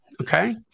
Okay